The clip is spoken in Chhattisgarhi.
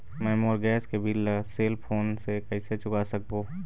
मैं मोर गैस के बिल ला सेल फोन से कइसे चुका सकबो?